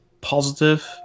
positive